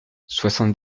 soixante